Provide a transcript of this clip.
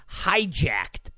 hijacked